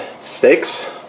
steaks